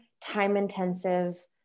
time-intensive